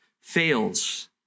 fails